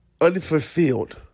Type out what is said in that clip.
unfulfilled